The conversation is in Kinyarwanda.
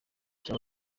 cya